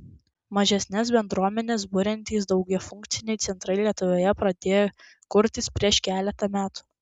mažesnes bendruomenes buriantys daugiafunkciai centrai lietuvoje pradėjo kurtis prieš keletą metų